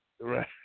Right